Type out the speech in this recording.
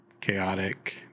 chaotic